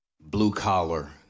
blue-collar